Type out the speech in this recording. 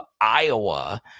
Iowa